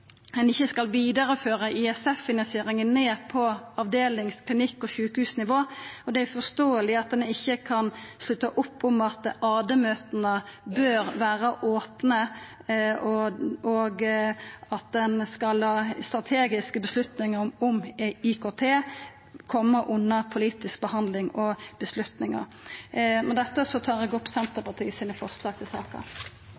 ein ikkje skal vidareføra ISF-finansieringa ned på avdelings-/klinikk-/sjukehusnivå, og det er uforståeleg at ein ikkje kan slutta opp om at AD-møta bør vera opne, og at ein skal la strategiske avgjerder om IKT koma under politisk behandling og avgjerder. Med dette tar eg opp